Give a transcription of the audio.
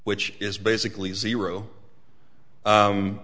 which is basically zero